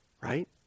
right